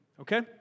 Okay